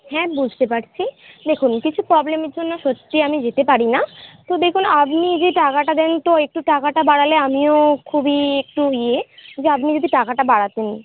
হ্যাঁ বুঝতে পারছি দেখুন কিছু প্রবলেমের জন্য সত্যিই আমি যেতে পারি না তো দেখুন আপনি যে টাকাটা দেন তো একটু টাকাটা বাড়ালে আমিও খুবই একটু ইয়ে যদি আপনি যদি টাকাটা বাড়াতেন